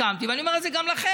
כשהסכמתי, ואני אומר את זה גם לכם: